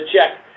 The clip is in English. check